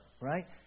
right